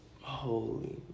Holy